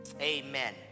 amen